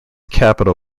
capital